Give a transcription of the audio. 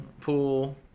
pool